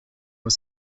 was